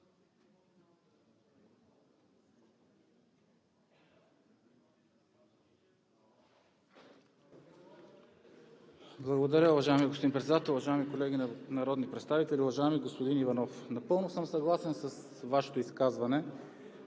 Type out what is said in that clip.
Благодаря, уважаеми господин Председател. Уважаеми колеги народни представители! Уважаеми господин Иванов, напълно съм съгласен с Вашето изказване